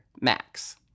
Max